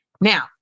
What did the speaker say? Now